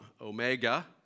omega